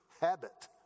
habit